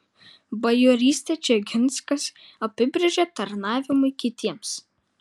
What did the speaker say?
bajorystę čeginskas apibrėžė tarnavimu kitiems